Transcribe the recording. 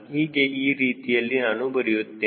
ಈಗ ಈ ರೀತಿಯಲ್ಲಿ ನಾವು ಬರೆಯುತ್ತೇವೆ